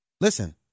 Listen